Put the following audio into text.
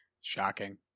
Shocking